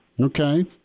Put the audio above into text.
Okay